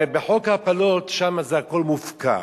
הרי בחוק הפלות, שם זה הכול מופקר,